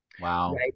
Wow